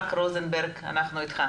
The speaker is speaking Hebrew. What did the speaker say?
אנשים שההכנסות שלהם לא מאפשרות קיום מינימלי,